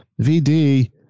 VD